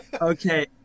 Okay